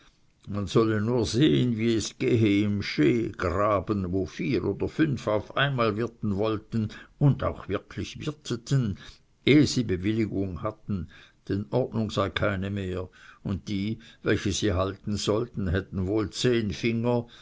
man solle nur sehen wie es gehe im sch graben wo vier oder fünf auf einmal wirten wollten und wirklich wirteten ehe sie bewilligung hatten denn ordnung sei keine mehr und die welche sie halten sollten hätten wohl zehn finger